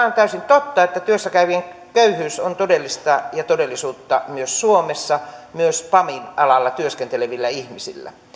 on täysin totta että työssä käyvien köyhyys on todellista ja todellisuutta myös suomessa myös pamin alalla työskentelevillä ihmisillä